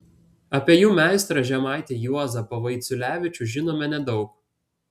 apie jų meistrą žemaitį juozapą vaiciulevičių žinome nedaug